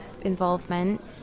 involvement